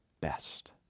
best